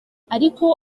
ariko